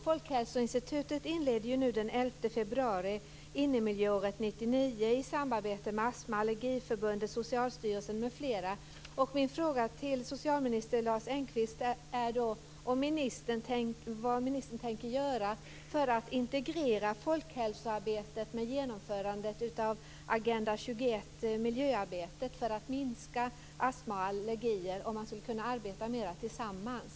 Folkhälsoinstitutet inleder nu den 11 februari innemiljöåret 1999 i samarbete med Astma och allergiförbundet, Socialstyrelsen m.fl. Min fråga till socialminister Lars Engqvist är då: Vad tänker ministern göra för att integrera folkhälsoarbetet med genomförandet av Agenda 21-arbetet så att förekomsten av astma och allergier minskas och för att man skall kunna arbeta mera tillsammans?